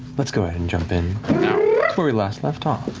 let's go ahead and jump in to where we last left off.